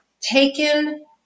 taken